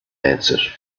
answered